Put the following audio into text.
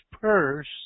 purse